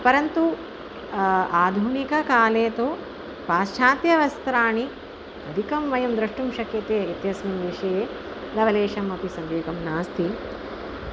परन्तु आधुनिककाले तु पाश्चात्य वस्त्राणि अधिकं वयं द्रष्टुं शक्यते इत्यस्मिन् विषये लवलेशम् अपि सन्देहं नास्ति